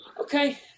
Okay